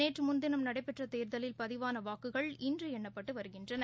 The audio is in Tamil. நேற்றுமுன்தினம் நடைபெற்றதேர்தலில் பதிவாளவாக்குகள் இன்றுஎண்ணப்பட்டுவருகின்றன